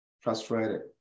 frustrated